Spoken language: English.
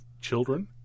children